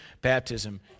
baptism